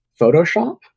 Photoshop